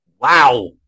Wow